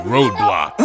Roadblock